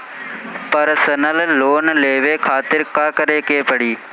Personal loan लेवे खातिर का करे के पड़ी?